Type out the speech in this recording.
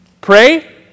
Pray